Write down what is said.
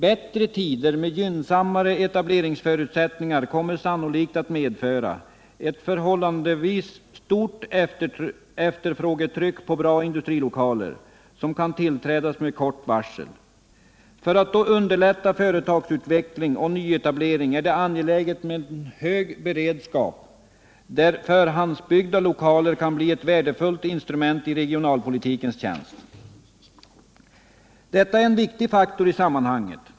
Bättre tider med gynnsammare etableringsförutsättningar kommer sannolikt att medföra ett förhållandevis stort efterfrågetryck när det gäller bra industrilokaler som kan tillträdas med kort varsel. För att då underlätta företagsutveckling och nyetablering är det angeläget med en hög beredskap, där förhandsbyggda lokaler kan bli ett värdefullt instrument i regionalpolitikens tjänst. Detta är en viktig faktor i sammanhanget.